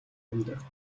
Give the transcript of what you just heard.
амьдрах